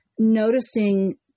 noticing